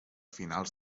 finals